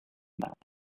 that